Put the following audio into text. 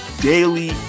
daily